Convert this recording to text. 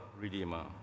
Redeemer